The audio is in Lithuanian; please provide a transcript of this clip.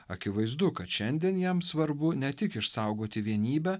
akivaizdu kad šiandien jam svarbu ne tik išsaugoti vienybę